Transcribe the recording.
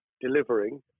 delivering